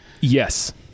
Yes